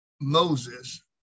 Moses